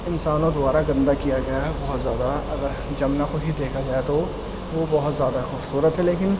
انسانوں دوارا گندہ کیا جا رہا ہے بہت زیادہ اگر جمنا کو ہی دیکھا جائے تو وہ بہت زیادہ خوبصورت ہے لیکن